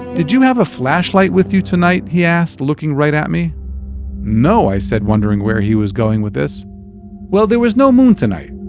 did you have a flashlight with you tonight? he asked looking right at me no, i said, wondering where he was going with this well, there was no moon tonight,